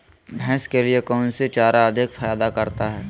भैंस के लिए कौन सी चारा अधिक फायदा करता है?